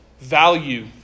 value